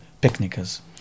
picnickers